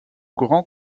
courant